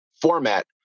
format